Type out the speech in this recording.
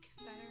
better